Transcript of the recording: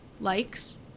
likes